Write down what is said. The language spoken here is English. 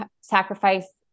sacrifice